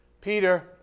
Peter